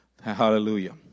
Hallelujah